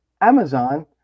Amazon